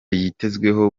yitezweho